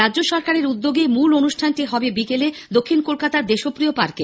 রাজ্য সরকারের উদ্যোগে মূল অনুষ্ঠানটি হবে বিকেলে দক্ষিণ কলকাতার দেশপ্রিয় পার্কে